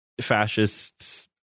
fascists